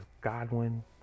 Godwin